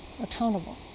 accountable